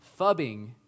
fubbing